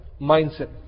mindset